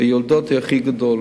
ביולדות הוא הכי גדול.